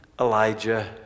Elijah